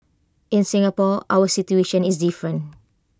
in Singapore our situation is different